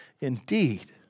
indeed